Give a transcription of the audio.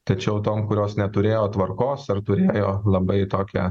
tačiau tom kurios neturėjo tvarkos ar turėjo labai tokią